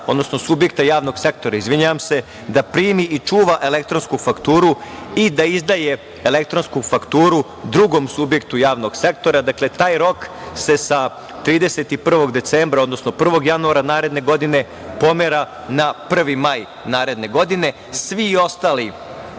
odnosno subjekta javnog sektora, da primi i čuva elektronsku fakturu i da izdaje elektronsku fakturu drugom subjektu javnog sektora, dakle, taj rok se sa 31. decembra, odnosno 1. januara naredne godine, pomera na 1. maj naredne godine. Svi ostali